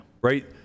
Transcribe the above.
Right